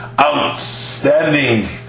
Outstanding